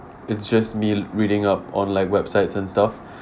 it's just me reading up on like websites and stuff